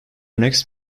next